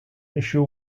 issue